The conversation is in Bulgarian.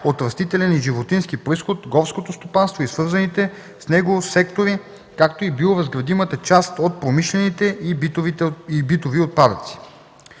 от растителен и животински произход, горското стопанство и свързаните с него сектори, както и биоразградимата част от промишлените и битови отпадъци.